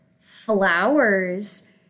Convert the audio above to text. Flowers